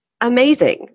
amazing